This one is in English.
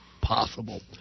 possible